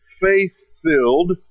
faith-filled